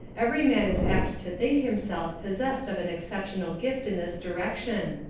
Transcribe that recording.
every man is apt to think himself possessed of an exceptional gift in this direction,